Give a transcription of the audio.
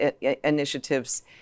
initiatives